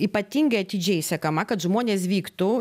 ypatingai atidžiai sekama kad žmonės vyktų